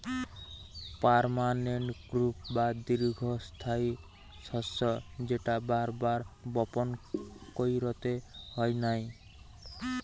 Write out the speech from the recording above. permanent crop বা দীর্ঘস্থায়ী শস্য যেটা বার বার বপণ কইরতে হয় নাই